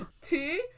Two